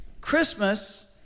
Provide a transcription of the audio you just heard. Christmas